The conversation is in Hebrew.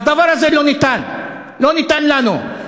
והדבר הזה לא ניתן, לא ניתן לנו.